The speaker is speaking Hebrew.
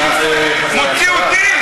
מוציא אותי?